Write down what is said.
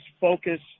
focus